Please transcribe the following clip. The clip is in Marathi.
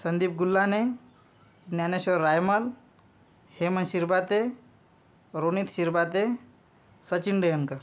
संदीप गुल्लाने ज्ञानेश्वर रायमान हेमन शिरभाते रोनित शिरभाते सचिन रेयनकर